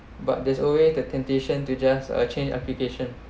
but there's always the temptation to just uh change application